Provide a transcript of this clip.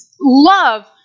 love